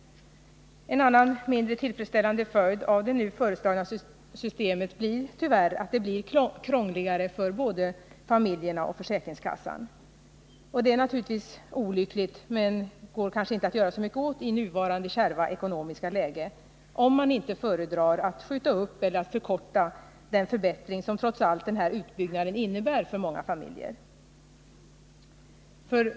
En annan mindre tillfredsställande följd av det nu föreslagna systemet blir tyvärr att detta blir krångligare för både familjerna och försäkringskassan. Det är naturligtvis olyckligt, men går kanske inte att göra så mycket åt i nuvarande kärva ekonomiska läge — om man inte föredrar att förkorta tiden eller att skjuta upp den förbättring som den här utbyggnaden trots allt innebär för många familjer.